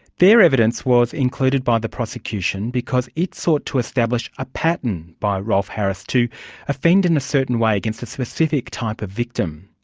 their evidence was included by the prosecution because it sought to establish a pattern by rolf harris to offend in a certain way against a specific type of victim.